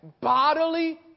bodily